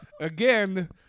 Again